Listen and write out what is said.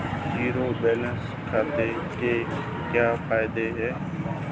Zero balance खाते के क्या फायदे हैं?